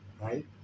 Right